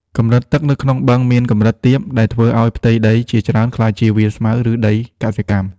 កម្រិតទឹកនៅក្នុងបឹងមានកម្រិតទាប ដែលធ្វើឲ្យផ្ទៃដីជាច្រើនក្លាយជាវាលស្មៅ ឬដីកសិកម្ម។